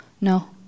No